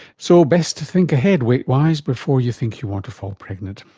so best to think ahead weight-wise before you think you want to fall pregnant.